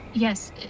Yes